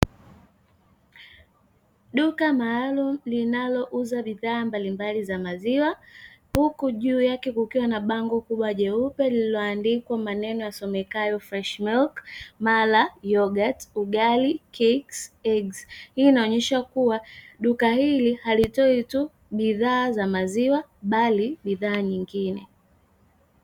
Duka maalumu linalouza bidhaa mbalimbali za maziwa huku juu yake kukiwa na bango kubwa jeupe linalosomeka "fresh milk, yoghurti, ugali, cakes, eggs", hii inanoensha duka hili halitoi tu bidhaa za maziwa bali bidhaa nyingine.